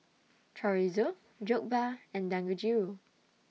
Chorizo Jokbal and Dangojiru